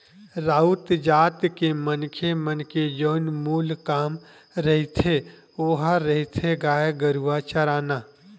राउत जात के मनखे मन के जउन मूल काम रहिथे ओहा रहिथे गाय गरुवा चराना